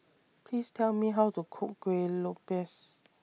Please Tell Me How to Cook Kuih Lopes